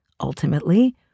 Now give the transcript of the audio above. ultimately